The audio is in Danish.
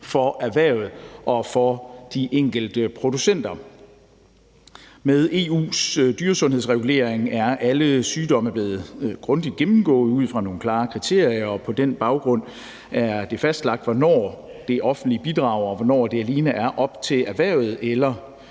for erhvervet og for de enkelte producenter. Med EU's dyresundhedsregulering er alle sygdomme blevet grundigt gennemgået ud fra nogle klare kriterier, og på den baggrund er det fastlagt, hvornår det offentlige bidrager, og hvornår det alene er op til erhvervet eller